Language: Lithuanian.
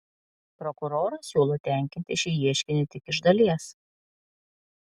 prokuroras siūlo tenkinti šį ieškinį tik iš dalies